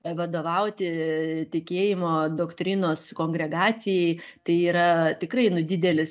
vadovauti tikėjimo doktrinos kongregacijai tai yra tikrai didelis